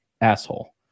asshole